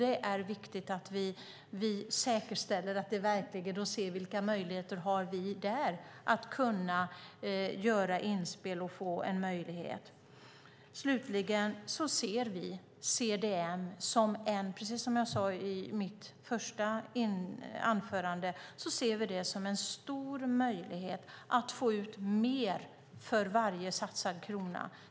Det är viktigt att vi tittar på vilka möjligheter vi har att göra inspel där. Som jag sade i mitt första inlägg ser vi CDM som en möjlighet att få ut mer av varje satsad krona.